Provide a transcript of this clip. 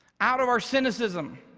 out of our cynicism,